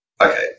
Okay